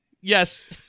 Yes